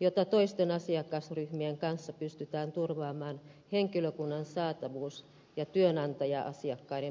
jotta toisten asiakasryhmien kanssa pystytään turvaamaan henkilökunnan saatavuus ja työnantaja asiakkaiden palvelutarpeet